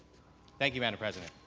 thank you, madam president.